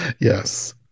yes